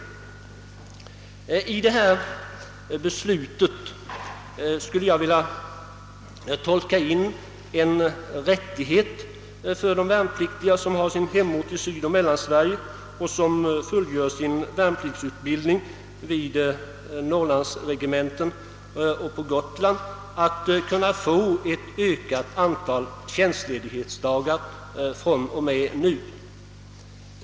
Jag tolkar för min del i beslutet in en rättighet för de värnpliktiga som har sin hemort i Sydoch Mellansverige och som fullgör sin värnpliktsutbildning vid norrlandsregementen och på Gotland, att kunna få ett ökat antal tjänstledig hetsdagar fr.o.m. nu.